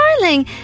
darling